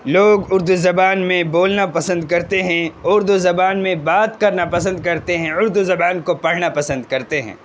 لوگ اردو زبان میں بولنا پسند کرتے ہیں اردو زبان میں بات کرنا پسند کرتے ہیں اردو زبان کو پڑھنا پسند کرتے ہیں